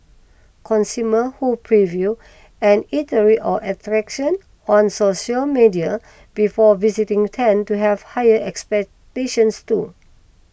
consumers who preview an eatery or attraction on social media before visiting tend to have higher expectations too